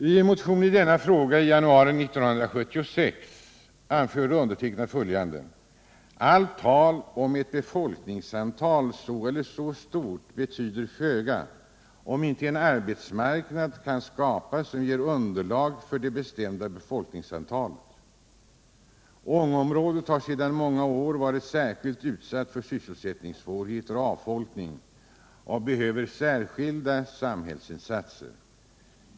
I en motion i denna fråga i januari 1976 anförde jag följande: ”Allt tal om ett befolkningsantal så eller så stort betyder föga, om inteen Nr 143 arbetsmarknad kan skapas som ger ett underlag för det bestämda befolkningsantalet. Ångeområdet, som sedan många år varit särskilt utsatt för sysselsättningssvårigheter och avfolkning, behöver "särskilda samhällsinsatser”.